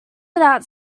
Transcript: without